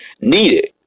Needed